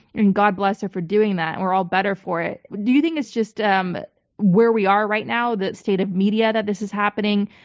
and god bless her for doing that. and we're all better for it. do you think it's just um where we are right now, the state of media, that this is happening?